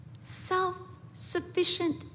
self-sufficient